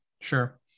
sure